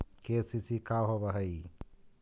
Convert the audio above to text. KCC का होव हइ?